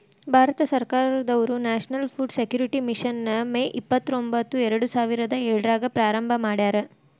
ಭಾರತ ಸರ್ಕಾರದವ್ರು national food security mission ನ May ಇಪ್ಪತ್ರೊಂಬತ್ತು ಎರಡುಸಾವಿರದ ಏಳ್ರಾಗ ಪ್ರಾರಂಭ ಮಾಡ್ಯಾರ